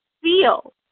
feel